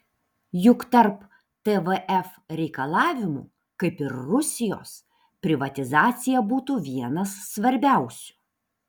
juk tarp tvf reikalavimų kaip ir rusijos privatizacija būtų vienas svarbiausių